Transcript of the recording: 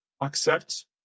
accept